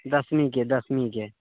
दसमीके दसमीके